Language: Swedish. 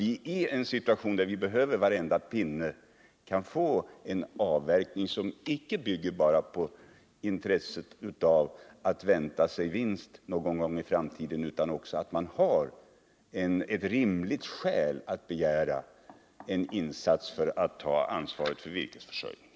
I en situation där vi behöver varenda pinne finns det skäl att begära att man skall ta ansvaret för virkesförsörjningen och inte bara spekulera i högre priser längre fram.